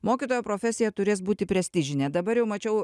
mokytojo profesija turės būti prestižinė dabar jau mačiau